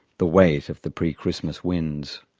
the weight of the pre-christmas winds.